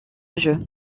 jeu